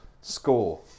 score